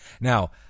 now